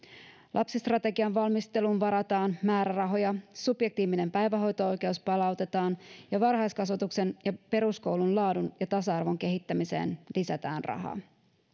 lapsistrategian valmisteluun varataan määrärahoja subjektiivinen päivähoito oikeus palautetaan ja varhaiskasvatuksen ja peruskoulun laadun ja tasa arvon kehittämiseen lisätään rahaa